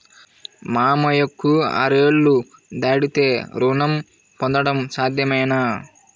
మామయ్యకు అరవై ఏళ్లు దాటితే రుణం పొందడం సాధ్యమేనా?